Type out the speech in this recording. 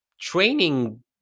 training